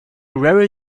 very